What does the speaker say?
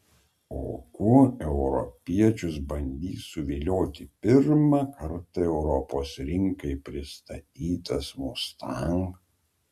o kuo europiečius bandys suvilioti pirmą kartą europos rinkai pristatytas mustang